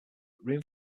room